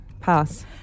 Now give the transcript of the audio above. Pass